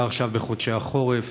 בעיקר עכשיו, בחודשי החורף.